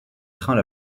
trains